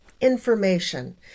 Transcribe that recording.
information